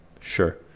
sure